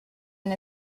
and